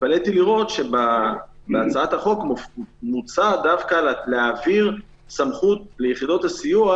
התפלאתי לראות שבהצעת החוק מוצע דווקא להעביר סמכות ליחידות הסיוע,